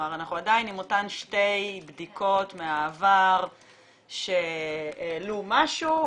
אנחנו עדיין עם אותן 2 בדיקות מהעבר שהעלנו משהו.